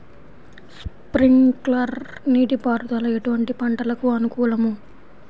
Sprinkler నీటిపారుదల ఎటువంటి పంటలకు అనుకూలము?